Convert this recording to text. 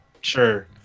sure